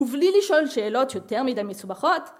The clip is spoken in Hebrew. ובלי לשאול שאלות יותר מידה מסובכות